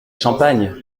champagne